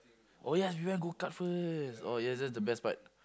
oh yes we went go-kart oh yes that that's the best part